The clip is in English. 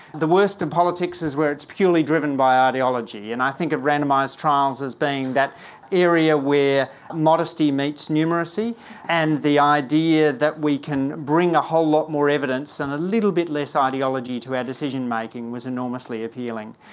the worst of and politics is where it's purely driven by ideology, and i think of randomised trials as being that area where modesty meets numeracy, and the idea that we can bring a whole lot more evidence and a little bit less ideology to our decision-making was enormously appealing.